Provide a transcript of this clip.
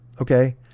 okay